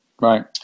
Right